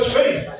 faith